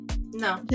no